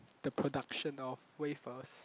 the production of wafers